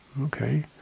okay